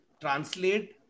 translate